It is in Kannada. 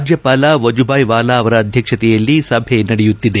ರಾಜ್ಯಪಾಲ ವಜುಬಾಯಿ ವಾಲಾ ಅವರ ಅಧ್ಯಕ್ಷತೆಯಲ್ಲಿ ಸಭೆ ನಡೆಯುತ್ತಿದೆ